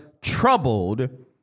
troubled